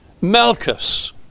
Malchus